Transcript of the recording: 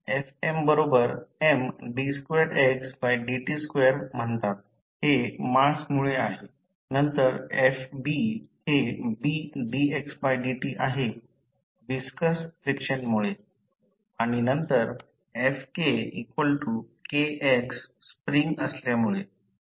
Fm बरोबर Md2xdt2 म्हणतात हे मास मुळे आहे नंतर Fb हे Bdxdt आहे विस्कस फ्रिक्शनमुळे आणि नंतर FkKx स्प्रिंग असल्यामुळे